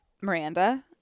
Miranda